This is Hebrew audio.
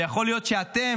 ושיכול להיות שאתם,